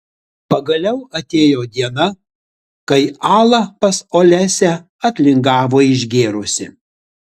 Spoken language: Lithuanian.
pagaliau atėjo diena kai ala pas olesią atlingavo išgėrusi